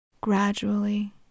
Gradually